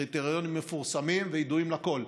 הקריטריונים מפורסמים וידועים לכול.